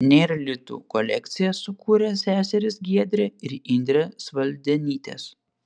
nėr litų kolekciją sukūrė seserys giedrė ir indrė svaldenytės